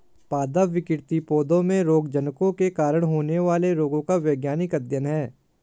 पादप विकृति पौधों में रोगजनकों के कारण होने वाले रोगों का वैज्ञानिक अध्ययन है